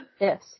Yes